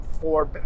four